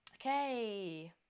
okay